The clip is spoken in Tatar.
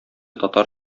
татар